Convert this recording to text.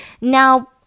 Now